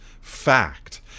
fact